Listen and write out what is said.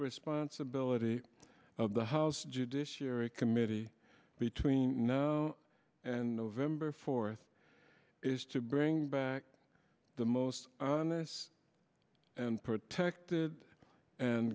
responsibility of the house judiciary committee between now and november fourth is to bring back the most on this and protected and